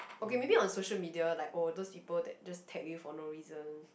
okay maybe on social media like oh those people that just tag you for no reason